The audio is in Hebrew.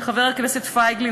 חבר הכנסת פייגלין,